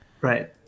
Right